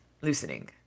loosening